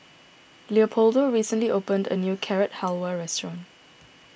Leopoldo recently opened a new Carrot Halwa restaurant